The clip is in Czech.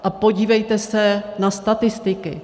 A podívejte se na statistiky.